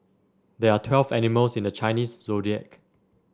there are twelve animals in the Chinese Zodiac